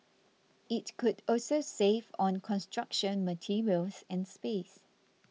it could also save on construction materials and space